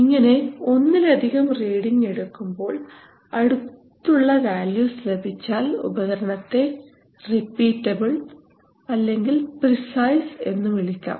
ഇങ്ങനെ ഒന്നിലധികം റീഡിങ് എടുക്കുമ്പോൾ അടുത്തുള്ള വാല്യൂസ് ലഭിച്ചാൽ ഉപകരണത്തെ റിപ്പീറ്റബിൾ അല്ലെങ്കിൽ പ്രിസൈസ് എന്ന് വിളിക്കാം